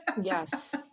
Yes